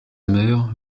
mère